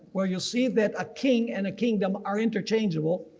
well you'll see that a king and a kingdom are interchangeable.